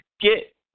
get